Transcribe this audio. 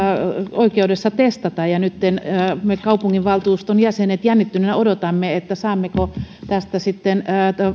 oikeudessa testata ja nyt me kaupunginvaltuuston jäsenet jännittyneinä odotamme saammeko tästä